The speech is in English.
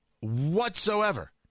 whatsoever